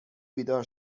بیدار